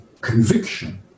conviction